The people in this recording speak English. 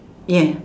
yes